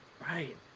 right